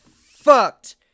fucked